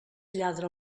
lladra